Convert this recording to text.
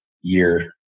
year